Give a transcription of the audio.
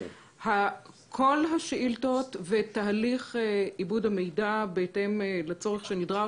כל השאילתות ותהליך עיבוד המידע בהתאם לצורך שנדרש